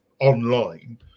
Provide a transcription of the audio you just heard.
online